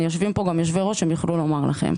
יושבים כאן גם יושבי ראש והם יוכלו לומר זאת.